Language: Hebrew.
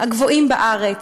הגבוהים בארץ,